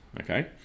Okay